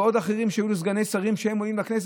ועוד אחרים שיהיו להם סגנים שיעלו לכנסת?